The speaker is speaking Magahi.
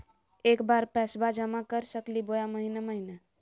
एके बार पैस्बा जमा कर सकली बोया महीने महीने?